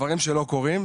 דברים שלא קורים.